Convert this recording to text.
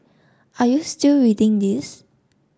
are you still reading this